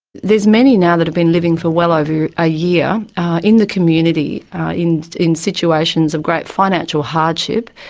there's many now that have been living for well over a year in the community in in situations of great financial hardship.